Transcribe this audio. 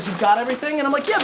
got everything? and i'm like yeah